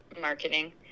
marketing